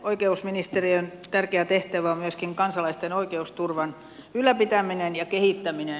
oikeusministeriön tärkeä tehtävä on myöskin kansalaisten oikeusturvan ylläpitäminen ja kehittäminen